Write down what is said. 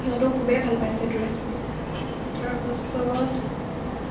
সিহঁতো খুবেই ভাল পাইছে এইটো ৰেচিপি তাৰপাছত